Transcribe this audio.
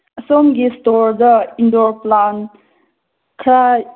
ꯁꯣꯝꯒꯤ ꯁ꯭ꯇꯣꯔꯗ indoor plant ꯈꯔ